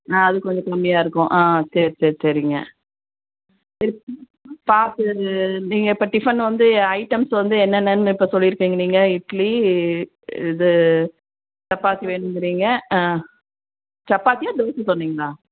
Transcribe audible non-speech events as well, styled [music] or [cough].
ஆ அது கொஞ்சம் கம்மியாக இருக்கும் ஆ சரி சரி சரிங்க [unintelligible] பார்த்து நீங்கள் இப்போ டிஃபன் வந்து ஐட்டம்ஸ் வந்து என்னென்னன்னு இப்போ சொல்லிருக்கிங்க நீங்கள் இட்லி இது சப்பாத்தி வேணுங்கிறீங்க ஆ சப்பாத்தியா தோசை சொன்னிங்களா